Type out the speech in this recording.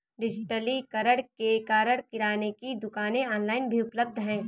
डिजिटलीकरण के कारण किराने की दुकानें ऑनलाइन भी उपलब्ध है